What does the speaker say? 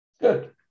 Good